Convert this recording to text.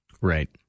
Right